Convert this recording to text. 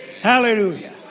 Hallelujah